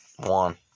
One